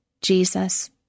Jesus